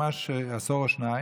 ממש עשור או שניים,